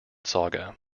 saga